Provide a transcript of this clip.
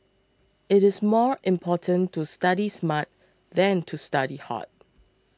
it is more important to study smart than to study hard